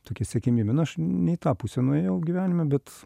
tokia siekiamybė nu aš ne į tą pusę nuėjau gyvenime bet